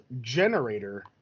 Generator